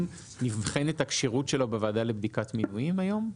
נבחנת הכשירות שלו בוועדה לבדיקת מינויים היום?